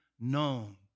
known